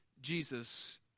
Jesus